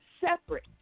separate